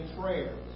prayer